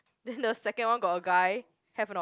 then the second one got a guy have or not